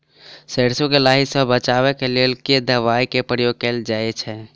सैरसो केँ लाही सऽ बचाब केँ लेल केँ दवाई केँ प्रयोग कैल जाएँ छैय?